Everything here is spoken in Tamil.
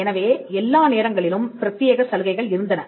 எனவே எல்லா நேரங்களிலும் பிரத்தியேக சலுகைகள் இருந்தன